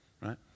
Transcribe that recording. right